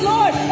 Lord